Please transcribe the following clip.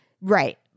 Right